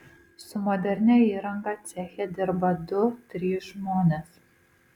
su modernia įranga ceche dirba du trys žmonės